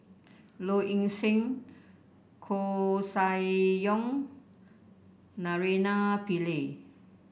Low Ing Sing Koeh Sia Yong Naraina Pillai